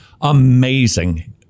amazing